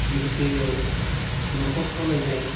जिहुते न'खर सालायनाय